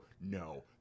no